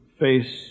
face